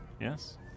Yes